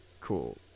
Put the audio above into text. cool